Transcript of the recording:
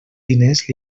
diners